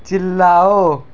چِلاؤ